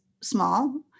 small